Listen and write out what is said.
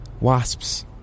wasps